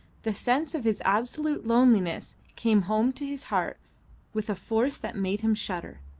the sense of his absolute loneliness came home to his heart with a force that made him shudder.